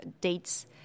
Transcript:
dates